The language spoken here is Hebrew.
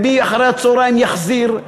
ומי אחרי הצהריים יחזיר,